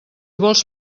vols